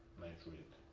my friend.